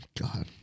God